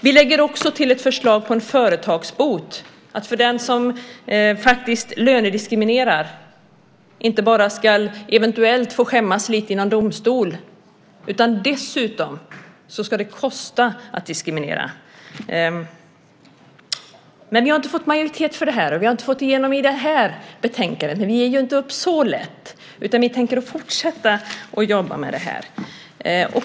Vi lägger också fram ett förslag till en företagsbot. Den som lönediskriminerar ska inte bara eventuellt få skämmas lite inför domstol, utan det ska dessutom kosta att diskriminera. Vi har inte fått majoritet för det, och vi har inte fått igenom det i det här betänkandet, men vi ger inte upp så lätt. Vi tänker fortsätta att jobba med detta.